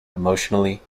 emotionally